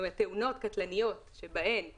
תאונות קטלניות שבהן היה